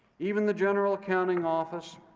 even the general accounting office,